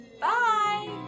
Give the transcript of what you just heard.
Bye